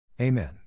Amen